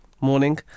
morning